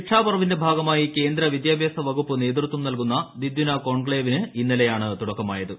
ശിക്ഷാപർവിന്റെ ഭാഗമായി കേന്ദ്ര വിദ്യാഭ്യാസ വകുപ്പ് നേതൃത്വം നൽകുന്ന ദിദിന കോൺക്ലേവിന് ഇന്നലെയാണ് തുടക്കമായത്